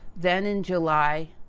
then, in july,